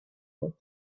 what